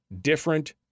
different